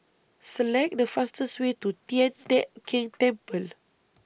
Select The fastest Way to Tian Teck Keng Temple